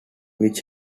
which